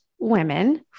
women